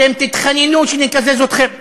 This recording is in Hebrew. אתם תתחננו שנקזז אתכם,